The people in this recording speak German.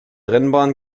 rennbahn